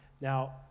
Now